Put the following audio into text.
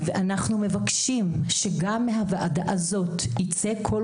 אנחנו מבקשים שגם מהוועדה הזאת ייצא קול